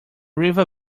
river